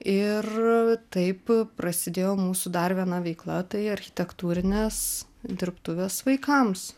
ir taip prasidėjo mūsų dar viena veikla tai architektūrinės dirbtuvės vaikams